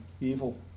evil